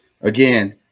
Again